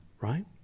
Right